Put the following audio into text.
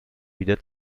wieder